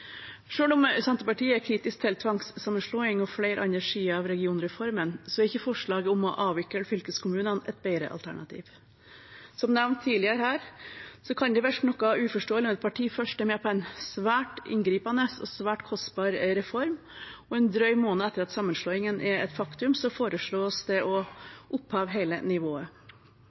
om Senterpartiet er kritisk til tvangssammenslåing og flere andre sider av regionreformen, er ikke forslaget om å avvikle fylkeskommunene et bedre alternativ. Som nevnt tidligere her kan det virke noe uforståelig når et parti først er med på en svært inngripende og svært kostbar reform og en drøy måned etter at sammenslåingen er et faktum, foreslår å oppheve hele nivået.